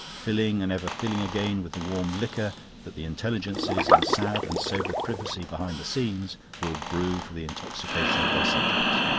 filling and ever filling again with the warm liquor that the intelligences, in sad and sober privacy behind the scenes, will brew for the intoxication of their subjects.